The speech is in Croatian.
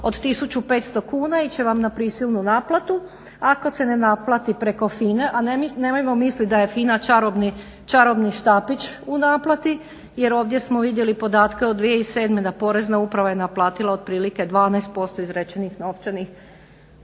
500 kuna iće vam na prisilnu naplatu, ako se ne naplati preko FINA-e, a nemojmo misliti da je FINA čarobni štapić u naplati jer ovdje smo vidjeli podatke od 2007.da je Porezna uprava naplatila otprilike 12% izrečenih novčanih